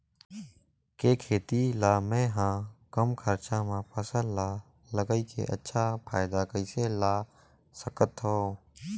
के खेती ला मै ह कम खरचा मा फसल ला लगई के अच्छा फायदा कइसे ला सकथव?